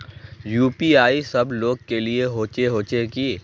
UPI सब लोग के लिए होबे होचे की?